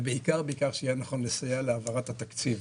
ובעיקר בעיקר שיהיה נכון לסייע להעברת התקציב.